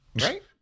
Right